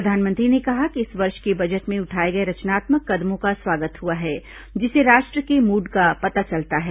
प्रधानमंत्री ने कहा कि इस वर्ष के बजट में उठाए गए रचनात्मक कदमों का स्वागत हुआ है जिससे राष्ट्र के मूड का पता चलता है